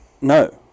No